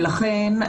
ולכן,